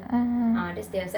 mm